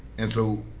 and so